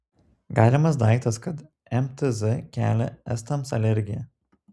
galimas daiktas kad mtz kelia estams alergiją